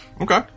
Okay